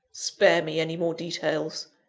spare me any more details,